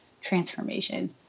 transformation